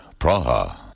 Praha